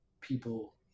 people